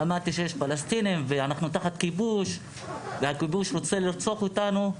למדתי שיש פלסטינים ושאנחנו תחת כיבוש והכיבוש רוצה לרצוח אותנו.